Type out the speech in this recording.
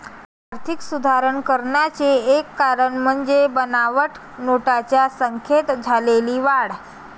आर्थिक सुधारणा करण्याचे एक कारण म्हणजे बनावट नोटांच्या संख्येत झालेली वाढ